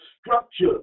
structure